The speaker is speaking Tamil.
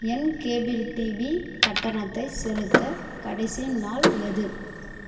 என் கேபிள் டிவி கட்டணத்தைச் செலுத்த கடைசி நாள் எது